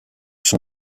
son